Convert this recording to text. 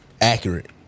accurate